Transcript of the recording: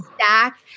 stack